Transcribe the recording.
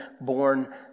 born